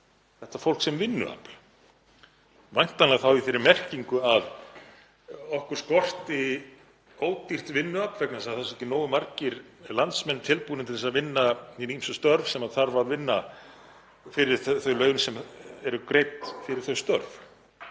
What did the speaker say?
þetta fólk sem vinnuafl, væntanlega þá í þeirri merkingu að okkur skorti ódýrt vinnuafl vegna þess að það séu ekki nógu margir landsmenn tilbúnir til að vinna hin ýmsu störf sem þarf að vinna fyrir þau laun sem eru greidd fyrir þau störf.